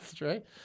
right